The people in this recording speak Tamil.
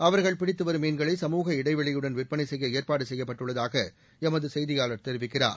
அவர்கள் பிடித்துவரும் மீன்களை சமூக இடைவெளியுடன் விற்பனை செய்ய ஏற்பாடு செய்யப்பட்டுள்ளதாக எமது செய்தியாளர் தெரிவிக்கிறார்